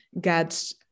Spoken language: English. get